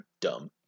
dumb